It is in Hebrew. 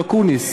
את אקוניס.